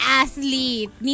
athlete